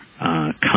come